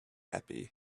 happy